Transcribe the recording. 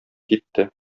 китте